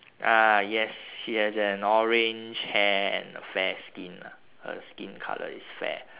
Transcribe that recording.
ah yes she has an orange hair and a fair skin ah her skin colour is fair